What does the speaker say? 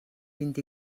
vint